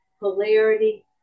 polarity